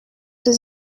was